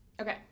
okay